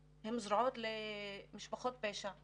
שקשורות למשפחות פשע שייקחו אותם.